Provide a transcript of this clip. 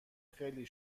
خیلی